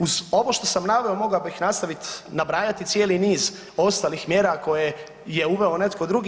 Uz ovo što sam naveo mogao bih nastaviti nabrajati cijeli niz ostalih mjera koje je uveo netko drugi.